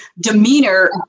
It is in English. demeanor